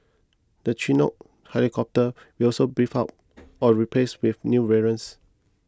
the chinook helicopters will also beefed up or replaced with new variants